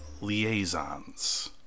Liaisons